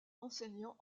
enseignant